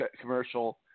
commercial